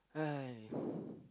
!aiya!